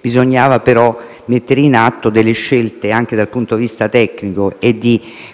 bisognava però mettere in atto delle scelte anche dal punto di vista tecnico e di collocazione